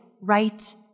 right